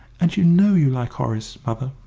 and you know you like horace, mother!